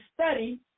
study